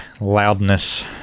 loudness